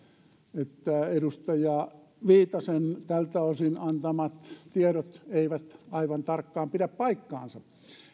että edustaja viitasen tältä osin antamat tiedot eivät aivan tarkkaan pidä paikkaansa